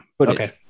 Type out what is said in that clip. okay